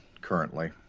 currently